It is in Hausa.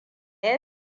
ya